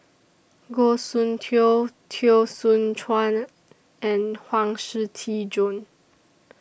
Goh Soon Tioe Teo Soon Chuan and Huang Shiqi Joan